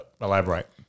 Elaborate